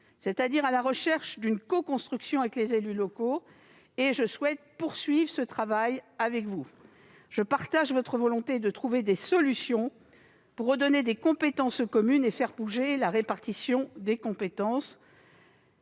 c'est-à-dire à la recherche d'une coconstruction avec les élus locaux ; je souhaite poursuivre ce travail avec vous. Je partage votre volonté de trouver des solutions pour faire bouger la répartition des compétences